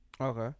Okay